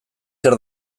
zer